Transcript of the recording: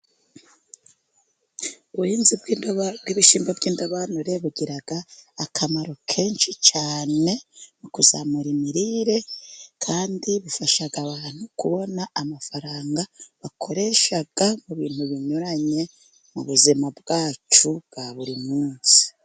Ubuhinzi bw'indobanure, bw'ibishyimbo by'indobanure bugira akamaro kenshi cyane ,mu kuzamura imirire kandi bufasha abantu kubona amafaranga bakoresha, mu bintu binyuranye mu buzima bwacu bwa buri munsi.